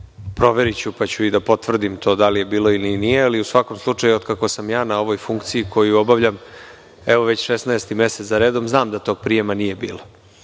Proveriću, pa ću i da potvrdim da li je bilo ili nije. U svakom slučaju, otkako sam ja na ovoj funkciji koju obavljam već 16 mesec za redom, znam da tog prijema nije bilo.S